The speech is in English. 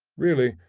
really,